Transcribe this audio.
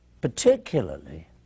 particularly